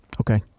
Okay